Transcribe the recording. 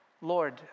Lord